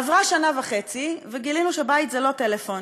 עברה שנה וחצי וגילינו שבית זה לא טלפון,